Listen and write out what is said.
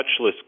touchless